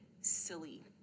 silly